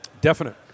Definite